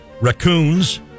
Raccoons